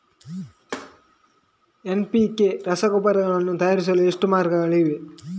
NPK ರಸಗೊಬ್ಬರಗಳನ್ನು ತಯಾರಿಸಲು ಎಷ್ಟು ಮಾರ್ಗಗಳಿವೆ?